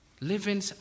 Living